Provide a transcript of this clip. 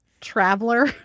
traveler